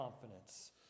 confidence